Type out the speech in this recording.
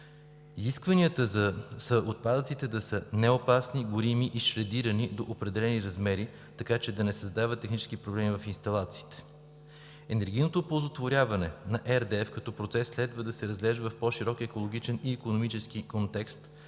Изискванията са отпадъците да са неопасни, горими и шредирани до определени размери, така че да не създават технически проблеми в инсталациите. Енергийното оползотворяване на RDF като процес следва да се разглежда в по-широк екологичен и икономически контекст.